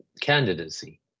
Candidacy